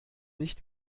nicht